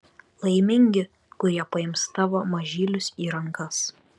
laimingi kurie paims tavo mažylius į rankas